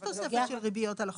יש תוספת של ריביות על החוב.